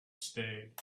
stayed